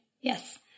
Yes